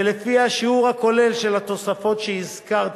ולפיה השיעור הכולל של התוספות שהזכרתי,